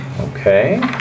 Okay